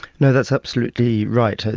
you know that's absolutely right.